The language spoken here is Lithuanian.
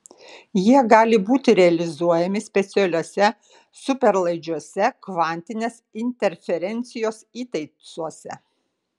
jie gali būti realizuojami specialiuose superlaidžiuose kvantinės interferencijos įtaisuose